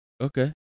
okay